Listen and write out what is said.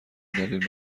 دلیل